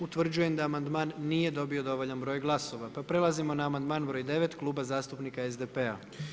Utvrđujem da amandman nije dobio dovoljan broj glasova, pa prelazimo na amandman broj 9. Kluba zastupnika SDP-a.